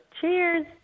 Cheers